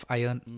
iron